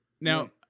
now